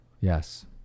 yes